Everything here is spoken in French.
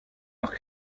leur